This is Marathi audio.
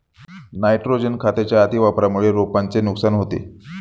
नायट्रोजन खताच्या अतिवापरामुळे रोपांचे नुकसान होते